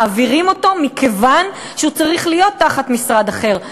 ומעבירים אותו מכיוון שהוא צריך להיות תחת משרד אחר,